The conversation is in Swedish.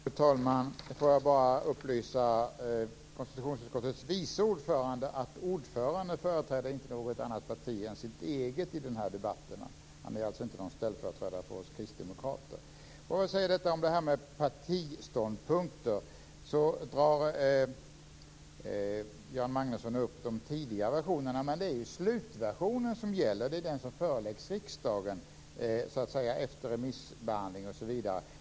Fru talman! Jag vill bara upplysa konstitutionsutskottets vice ordförande om att ordföranden inte företräder något annat parti än sitt eget i debatten. Han är alltså inte någon ställföreträdare för oss kristdemokrater. När det gäller partiståndpunkter drar Göran Magnusson upp de tidigare versionerna. Men det är ju slutversionen som gäller! Det är den som föreläggs riksdagen efter remissbehandling osv.